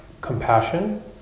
compassion